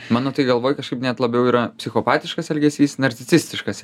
mano tai galvoj kažkaip net labiau yra psichopatiškas elgesys narcisistiškas